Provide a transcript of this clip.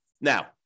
Now